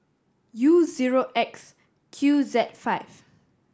U zero X Q Z five